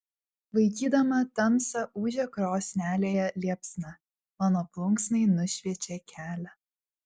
vaikydama tamsą ūžia krosnelėje liepsna mano plunksnai nušviečia kelią